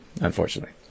unfortunately